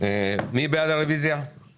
עלייה גדולה במחיר הפחם אבל כל הזמן יש